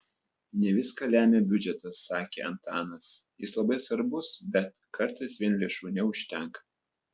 ne viską lemia biudžetas sakė antanas jis labai svarbus bet kartais vien lėšų neužtenka